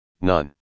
none